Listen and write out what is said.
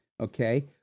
Okay